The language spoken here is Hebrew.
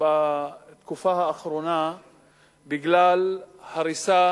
בתקופה האחרונה בגלל הריסה